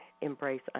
embrace